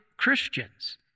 Christians